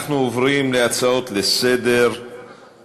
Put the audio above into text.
אנחנו עוברים להצעות לסדר-היום.